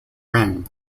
ring